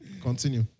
Continue